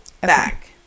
back